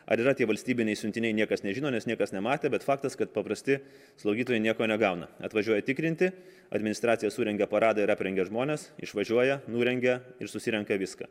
ar yra tie valstybiniai siuntiniai niekas nežino nes niekas nematė bet faktas kad paprasti slaugytojai nieko negauna atvažiuoja tikrinti administracija surengia paradą ir aprengia žmones išvažiuoja nurengia ir susirenka viską